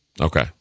Okay